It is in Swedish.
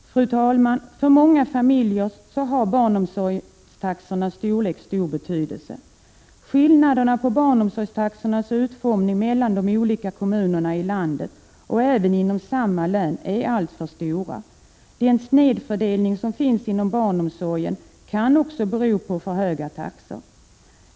Fru talman! För många familjer har barnomsorgstaxornas storlek stor betydelse. Skillnaderna i barnomsorgstaxornas utformning mellan de olika kommunerna i landet och även inom samma län är alltför stora. Den snedfördelning som finns inom landet kan också bero på för höga taxor.